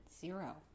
Zero